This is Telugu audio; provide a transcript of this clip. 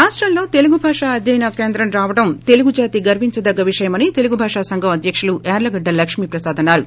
రాష్టంలో తెలుగు భాష అధ్యయన కేంద్రం రావడం తెలుగు జాతి గర్వించతగ్గ విష్తయమని తెలుగు భాషా సంఘం అధ్యకులు యార్లగడ్డ లక్ష్మీప్రసాద్ అన్నారు